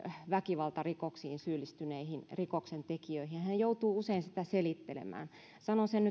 väkivaltarikoksiin syyllistyneisiin rikoksentekijöihin hän joutuu usein sitä selittelemään sanon sen